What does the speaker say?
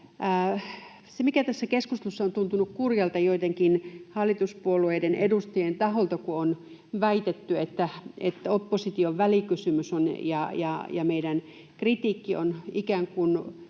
Se, mikä tässä keskustelussa on tuntunut kurjalta joidenkin hallituspuolueiden edustajien taholta, on se, kun on väitetty, että opposition välikysymys ja meidän kritiikkimme on ikään kuin